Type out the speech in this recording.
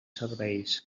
serveis